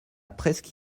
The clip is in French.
presque